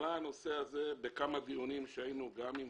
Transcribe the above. הנושא הזה עלה בכמה דיונים שקיימנו גם עם